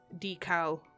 decal